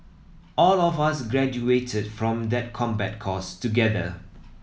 all of us graduated from that combat course together